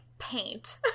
Paint